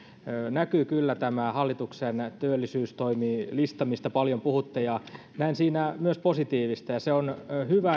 näkyy kyllä tämä hallituksen työllisyystoimilista mistä paljon puhutte näen siinä myös positiivista ja se on hyvä